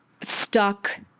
stuck